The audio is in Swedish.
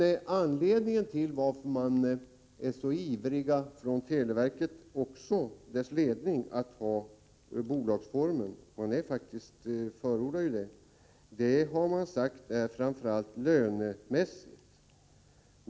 Skälen till att även televerkets ledning är så ivrig att ha bolagsformen — man har faktiskt förordat den — är framför allt lönemässiga.